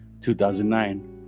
2009